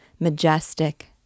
majestic